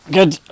Good